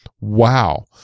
Wow